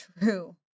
true